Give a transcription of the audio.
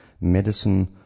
medicine